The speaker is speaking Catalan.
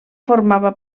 formava